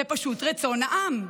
זה פשוט רצון העם,